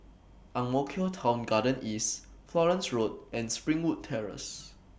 Ang Mo Kio Town Garden East Florence Road and Springwood Terrace